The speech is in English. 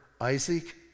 Isaac